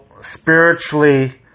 spiritually